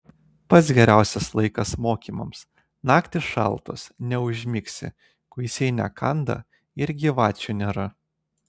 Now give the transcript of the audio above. pats geriausias laikas mokymams naktys šaltos neužmigsi kuisiai nekanda ir gyvačių nėra